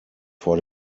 vor